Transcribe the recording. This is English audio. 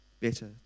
better